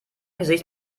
gesicht